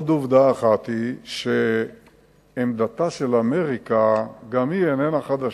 עוד עובדה אחת היא שעמדתה של אמריקה גם היא איננה חדשה.